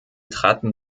traten